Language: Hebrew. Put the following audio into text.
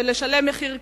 ולשלם מחיר כבד,